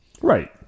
Right